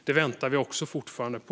Det väntar vi fortfarande på.